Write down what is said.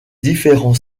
différents